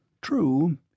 True